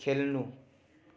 खेल्नु